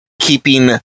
keeping